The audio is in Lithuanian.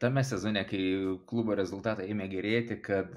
tame sezone kai klubo rezultatai ėmė gerėti kad